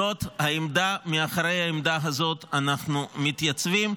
זאת העמדה, מאחורי העמדה הזאת אנחנו מתייצבים.